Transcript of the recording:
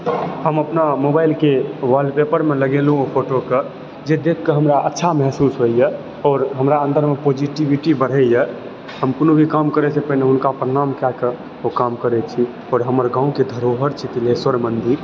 हम अपना मोबाइलके वाल पेपरमऽ लगेलहुँ हँ ओ फोटोकऽ जे देखकऽ हमरा अच्छा महसूस होइए आओर हमरा अन्दरमऽ पोजिटिविटी बढयए हम कोनो भी काम करयसँ पहिने हुनका प्रणाम कएके ओऽ काम करैत छी आओर हमर गाँवकऽ धरोहर छथि तिल्हेश्वर मन्दिर